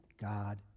God